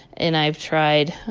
and i've tried,